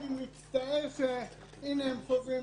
אני מצטער - הנה הם חוזרים,